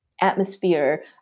atmosphere